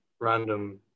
random